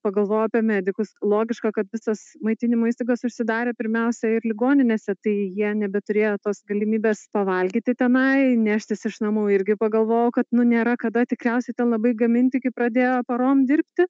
pagalvojau apie medikus logiška kad visos maitinimo įstaigos užsidarė pirmiausia ir ligoninėse tai jie nebeturėjo tos galimybės pavalgyti tenai neštis iš namų irgi pagalvojau kad nu nėra kada tikriausiai ten labai gaminti kai pradėjo parom dirbti